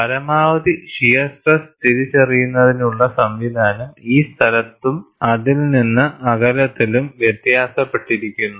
പരമാവധി shear stress തിരിച്ചറിയുന്നതിനുള്ള സംവിധാനം ഈ സ്ഥലത്തും അതിൽ നിന്ന് അകലത്തിലും വ്യത്യാസപ്പെട്ടിരിക്കുന്നു